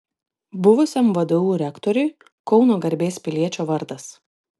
buvusiam vdu rektoriui kauno garbės piliečio vardas